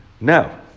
No